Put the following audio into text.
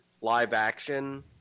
live-action